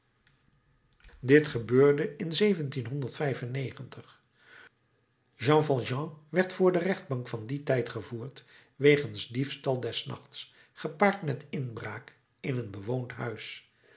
dit gebeurde in jean valjean werd voor de rechtbank van dien tijd gevoerd wegens diefstal des nachts gepaard met inbraak in een bewoond huis